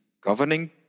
governing